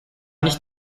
nicht